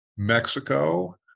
Mexico